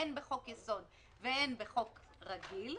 הן בחוק-יסוד והן בחוק רגיל,